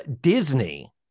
Disney